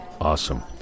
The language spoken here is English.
awesome